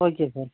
okay sir